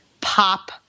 pop